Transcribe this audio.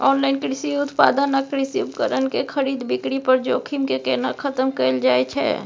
Online कृषि उत्पाद आ कृषि उपकरण के खरीद बिक्री पर जोखिम के केना खतम कैल जाए छै?